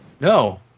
No